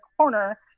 corner